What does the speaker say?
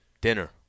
Dinner